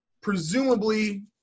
presumably